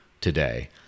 today